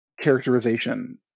characterization